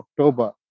October